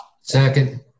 second